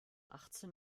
achtzehn